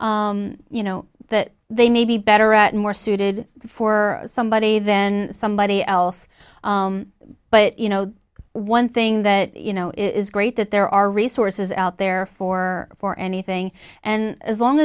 you know that they may be better at more suited for somebody then somebody else but you know one thing that you know is great that there are resources out there for for anything and as long